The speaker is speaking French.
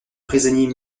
prisonnier